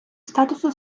статусу